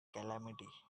calamity